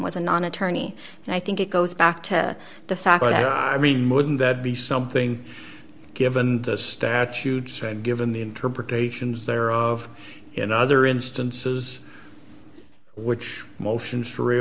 was a non attorney and i think it goes back to the fact that i mean wouldn't that be something given the statutes and given the interpretations thereof in other instances which motions